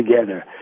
together